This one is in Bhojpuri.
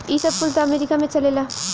ई सब कुल त अमेरीका में चलेला